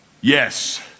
Yes